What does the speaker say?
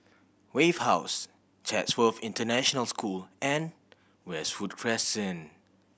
Wave House Chatsworth International School and Westwood Crescent